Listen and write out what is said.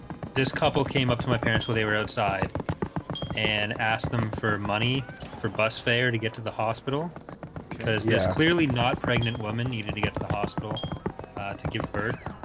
this couple came up to my parents were they were outside and asked them for money for bus fare to get to the hospital yes, clearly not pregnant woman needed to get to the hospital to give birth.